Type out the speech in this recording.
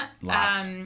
Lots